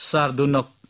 Sardunok